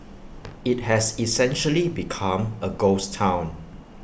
IT has essentially become A ghost Town